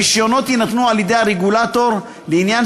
הרישיונות יינתנו על-ידי הרגולטור לעניין